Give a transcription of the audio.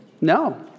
No